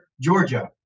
georgia